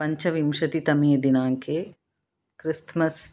पञ्चविंशतितमेदिनाङ्के Christmas